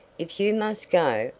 if you must go,